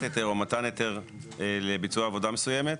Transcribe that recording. היתר או מתן היתר לביצוע עבודה מסוימת,